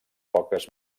poques